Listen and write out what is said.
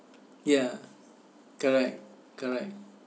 ya correct correct